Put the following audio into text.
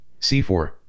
C4